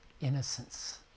innocence